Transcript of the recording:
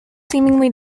seemingly